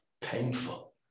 painful